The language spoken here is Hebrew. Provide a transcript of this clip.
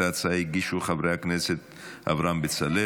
את ההצעה הגישו חברי הכנסת אברהם בצלאל,